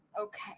Okay